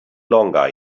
longer